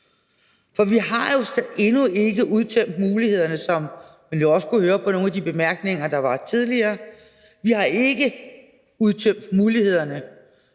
for vi har jo endnu ikke udtømt mulighederne, hvilket vi også kunne høre på nogle af de bemærkninger, der er kommet tidligere, for yderligere